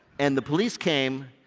and the police came,